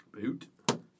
Boot